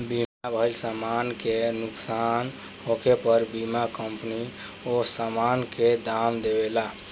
बीमा भइल समान के नुकसान होखे पर बीमा कंपनी ओ सामान के दाम देवेले